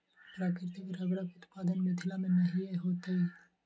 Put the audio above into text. प्राकृतिक रबड़क उत्पादन मिथिला मे नहिये होइत छै